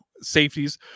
safeties